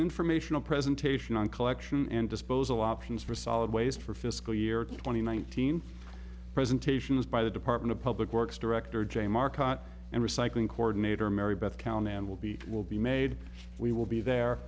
informational presentation on collection and disposal options for solid waste for fiscal year twenty one thousand presentations by the department of public works director j market and recycling coordinator mary beth kaun and will be will be made we will be there